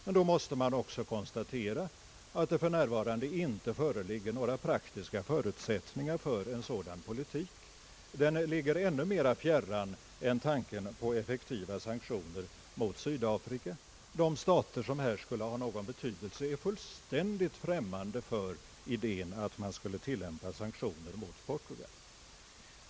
Men då måste man också konstatera, att det för närvarande inte föreligger några praktiska förutsättningar för en sådan politik. Den ligger ännu mera fjärran än tanken på effektiva sanktioner mot Sydafrika. De stater, som här skulle ha någon betydelse, är fullständigt främmande för idén att man skulle tillämpa sanktioner mot Portugal.